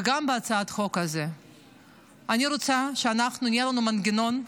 וגם בהצעת החוק הזאת אני רוצה שיהיה לנו מנגנון,